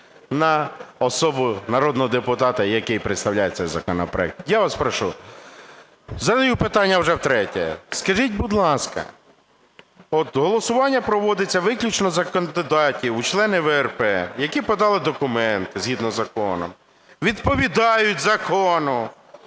на особу народного депутата, який представляє цей законопроект. Я вас прошу, задаю питання вже втретє: скажіть, будь ласка, от голосування проводиться виключно за кандидатів у члени ВРП, які подали документи згідно закону, відповідають закону